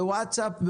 בווטסאפ,